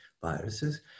viruses